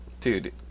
Dude